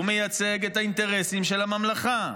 הוא מייצג את האינטרסים של הממלכה.